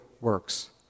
works